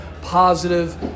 positive